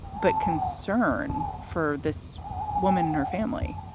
but concern for this woman and her family?